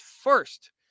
first